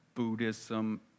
Buddhism